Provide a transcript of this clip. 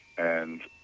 and